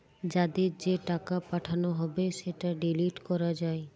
যাদের যে টাকা পাঠানো হবে সেটা ডিলিট করা যায়